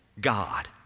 God